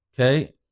Okay